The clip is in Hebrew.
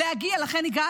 לכן הגעתי.